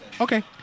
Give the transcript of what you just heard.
Okay